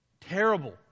terrible